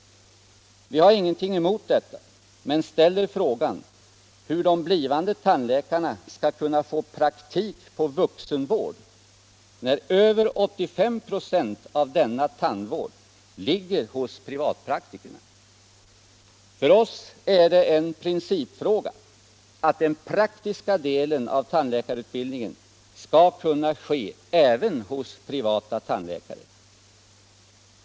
Vi har ingenting emot detta men ställer frågan hur de blivande tandläkarna på det sättet skall kunna få praktik på vuxenvård, när över 85 96 av denna tandvård ligger hos privatpraktikerna. För oss är det en principfråga att den praktiska delen av tandläkarutbildningen skall kunna fås även hos privata tandläkare.